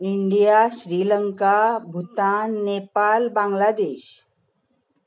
India Sri Lanka Bhutan Nepal Bangladesh